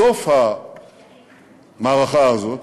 בסוף המערכה הזאת